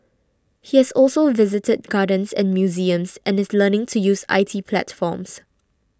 he has also visited gardens and museums and is learning to use I T platforms